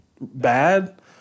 bad